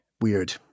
Weird